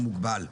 ועלות העמלות,